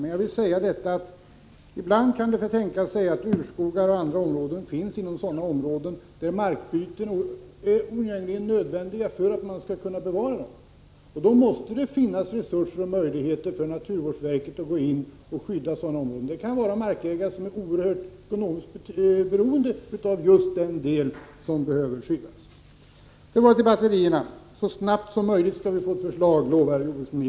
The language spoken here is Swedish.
Men jag vill ändå framhålla att det ibland kan tänkas att urskogar och annat finns inom sådana områden där markbyten är oundgängligen nödvändiga för ett bevarande av dessa skogar. Då måste det finnas resurser och möjligheter för naturvårdsverket att gå in och skydda sådana områden. Det kan gälla markägare som ekonomiskt sett är oerhört beroende av just det område som behöver skyddas. Sedan till det här med batterierna. Jordbruksministern lovar att vi så snabbt som möjligt skall få ta del av ett förslag.